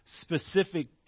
specific